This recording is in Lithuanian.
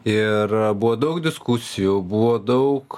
ir buvo daug diskusijų buvo daug